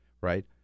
right